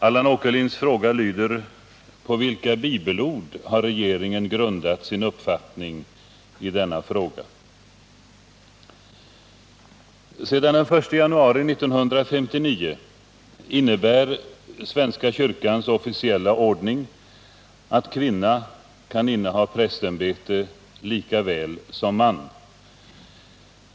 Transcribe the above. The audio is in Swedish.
Allan Åkerlinds fråga lyder: ”På vilka bibelord har regeringen grundat sin uppfattning i denna fråga?” Sedan den 1 januari 1959 innebär svenska kyrkans officiella ordning att kvinna kan inneha prästämbete lika väl som man.